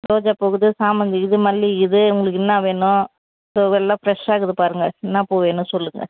ரோஜா பூ இருக்குது சாமந்தி இருக்குது மல்லிகை இருக்குது உங்ளுக்கென்னா வேணும் இதுவெல்லாம் ஃப்ரஷ்ஷாக இருக்குது பாருங்க என்னா பூ வேணும் சொல்லுங்கள்